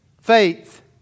faith